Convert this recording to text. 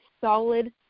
solid